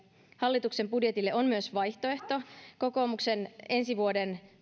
hallituksen budjetille on myös vaihtoehto kokoomuksen ensi vuoden